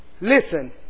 Listen